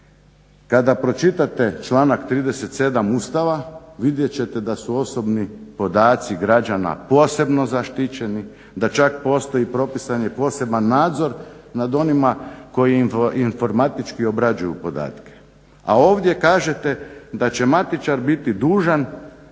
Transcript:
Kada pročitate članak 37. Ustava vidjet ćete da su osobni podaci građana posebno zaštićeni, da čak postoji propisani poseban nadzor nad onima koji informatički obrađuju podatke, a ovdje kažete da će matičar biti dužan